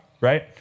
right